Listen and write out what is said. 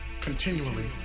continually